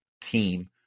team